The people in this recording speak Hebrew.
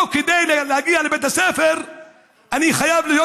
ולא שכדי להגיע לבית הספר אני חייב להיות